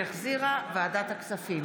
שהחזירה ועדת הכספים.